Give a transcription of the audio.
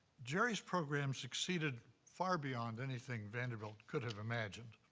jerry's program succeeded far beyond anything vanderbilt could have imagined.